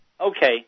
Okay